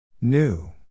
New